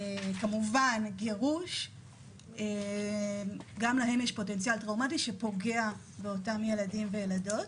וכמובן לגירוש יש גם פוטנציאל טראומטי שפוגע באותם ילדים וילדים.